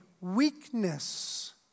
weakness